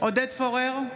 עודד פורר,